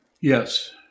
Yes